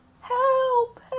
Help